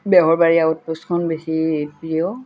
বেহৰবাৰী আউটপষ্টখন বেছি প্ৰিয়